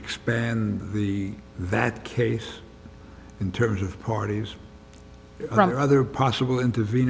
expand the that case in terms of parties or other possible interven